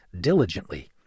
diligently